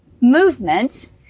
movement